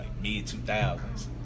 mid-2000s